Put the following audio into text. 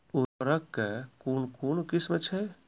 उर्वरक कऽ कून कून किस्म छै?